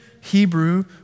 Hebrew